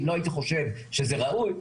אם לא הייתי חושב שזה ראוי,